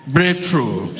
Breakthrough